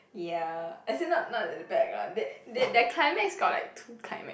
ya as in not not at the back lah that that that climax got like two climax